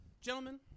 Gentlemen